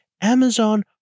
Amazon